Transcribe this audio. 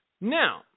Now